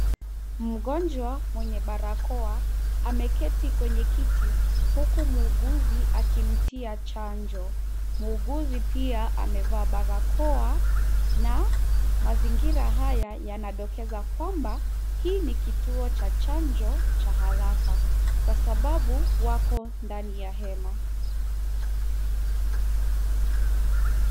Mgonjwa mwenye barakoa ameketi kwenye kiti, huku muuguzi akimtia chanjo. Muuguzi pia amevaa barakoa, na mazingira haya yanadokeza kwamba hii ni kituo cha chanjo cha haraka, kwa sababu wako ndani ya hema.